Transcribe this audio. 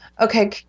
Okay